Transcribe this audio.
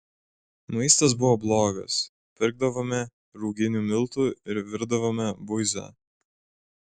maistas buvo blogas pirkdavome ruginių miltų ir virdavome buizą